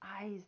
eyes